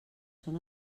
són